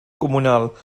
comunal